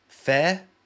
fair